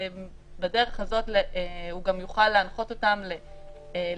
ובדרך הזאת הוא גם יוכל להנחות אותם לעניין